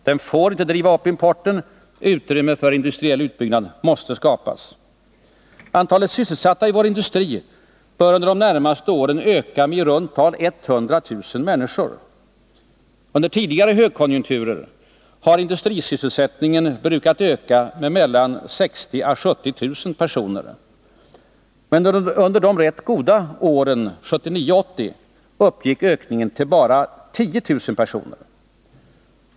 Den får inte driva upp importen. Utrymme för industriell utbyggnad måste skapas. Antalet sysselsatta i vår industri bör under de närmaste åren öka medi runt tal 100 000 personer. Under tidigare högkonjunkturer har industrisysselsättningen brukat öka med mellan 60 000 och 70 000 personer. Men under de rätt goda åren 1979 och 1980 uppgick ökningen till bara 10 000 personer.